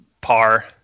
par